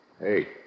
Hey